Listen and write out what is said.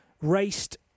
raced